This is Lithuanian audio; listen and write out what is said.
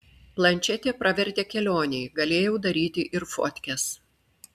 plančetė pravertė kelionėj galėjau daryti ir fotkes